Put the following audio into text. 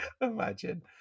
Imagine